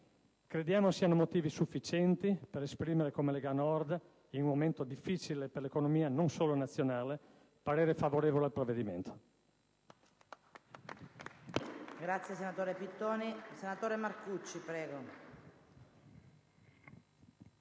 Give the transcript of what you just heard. Crediamo siano motivi sufficienti per esprimere come Lega Nord, in un momento difficile per l'economia non solo nazionale, un voto favorevole al provvedimento.